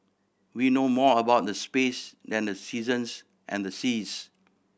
we know more about the space than the seasons and the seas